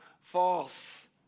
false